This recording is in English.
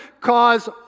cause